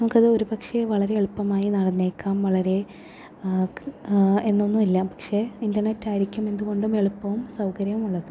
നമുക്കത് ഒരുപക്ഷെ വളരെ എളുപ്പമായി നടന്നേക്കാം വളരെ എന്നൊന്നും ഇല്ല പക്ഷെ ഇന്റർനെറ്റ് ആയിരിക്കും എന്ത്കൊണ്ടും എളുപ്പവും സൗകര്യവും ഉള്ളത്